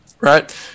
right